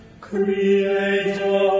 Creator